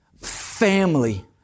Family